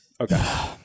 Okay